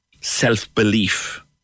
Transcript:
self-belief